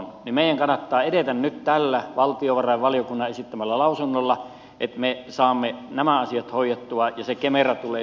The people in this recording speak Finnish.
meidän kannattaa edetä nyt tällä valtiovarainvaliokunnan esittämällä lausunnolla että me saamme nämä asiat hoidettua ja se kemera tulee sitten aikanaan